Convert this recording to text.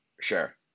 Sure